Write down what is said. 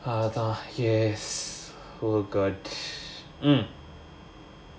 அதா:adha yes oh god mm